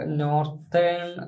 northern